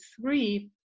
three